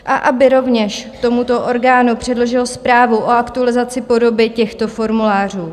A aby rovněž tomuto orgánu předložil zprávu o aktualizaci podoby těchto formulářů.